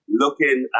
looking